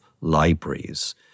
libraries